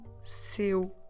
seu